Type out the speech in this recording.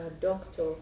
doctor